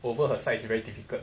over her sides is very difficult